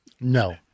no